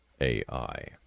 AI